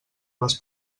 les